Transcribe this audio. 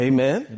Amen